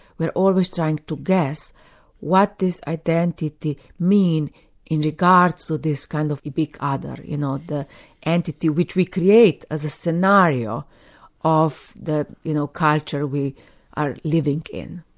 we're always trying to guess what this identity means in regards to this kind of the big ah other, you know, the entity which we create as a scenario of the you know culture we are living in.